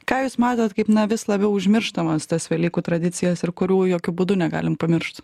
ką jūs matot kaip na vis labiau užmirštamas tas velykų tradicijas ir kurių jokiu būdu negalim pamiršt